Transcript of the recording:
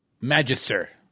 Magister